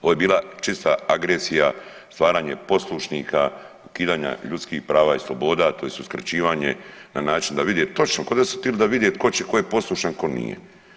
Ovo je bila čista agresija, stvaranje poslušnika ukidanja ljudskih prava i sloboda tj. uskraćivanje na način da vide točno, ko da su tili da vide tko je poslušan, tko nije.